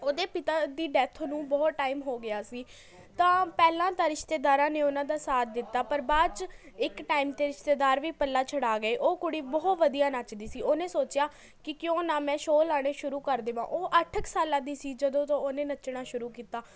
ਓਹਦੇ ਪਿਤਾ ਦੀ ਡੈਥ ਨੂੰ ਬਹੁਤ ਟੈਮ ਹੋ ਗਿਆ ਸੀ ਤਾਂ ਪਹਿਲਾਂ ਤਾਂ ਰਿਸ਼ਤੇਦਾਰਾਂ ਨੇ ਓਹਨਾਂ ਦਾ ਸਾਥ ਦਿੱਤਾ ਪਰ ਬਾਅਦ 'ਚ ਇੱਕ ਟੈਮ 'ਤੇ ਰਿਸ਼ਤੇਦਾਰ ਵੀ ਪੱਲਾ ਛਡਾ ਗਏ ਓਹ ਕੁੜੀ ਬਹੁਤ ਵਧੀਆ ਨੱਚਦੀ ਸੀ ਓਹਨੇ ਸੋਚਿਆ ਕਿ ਕਿਉਂ ਨਾ ਮੈਂ ਸ਼ੋ ਲਾਣੇ ਸ਼ੁਰੂ ਕਰ ਦੇਵਾਂ ਓਹ ਅੱਠ ਕੁ ਸਾਲਾਂ ਦੀ ਸੀ ਜਦੋਂ ਤੋਂ ਓਹਨੇ ਨੱਚਣਾ ਸ਼ੁਰੂ ਕੀਤਾ